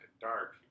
dark